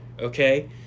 Okay